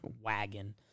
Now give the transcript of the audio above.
wagon